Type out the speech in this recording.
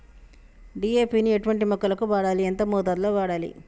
DAP ని ఎటువంటి మొక్కలకు వాడాలి? ఎంత మోతాదులో వాడాలి?